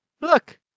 look